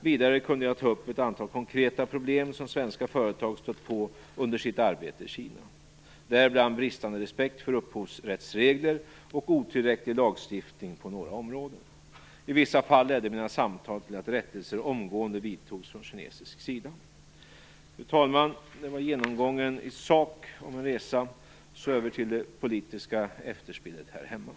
Vidare kunde jag ta upp ett antal konkreta problem som svenska företag stött på under sitt arbete i Kina, däribland bristande respekt för upphovsrättsregler och otillräcklig lagstiftning på några områden. I vissa fall ledde mina samtal till att rättelser omgående vidtogs från kinesisk sida. Fru talman! Det var genomgången i sak om min resa. Så över till det politiska efterspelet här hemma.